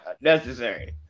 necessary